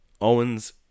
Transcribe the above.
Owens